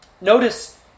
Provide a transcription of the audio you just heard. notice